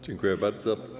Dziękuję bardzo.